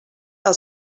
els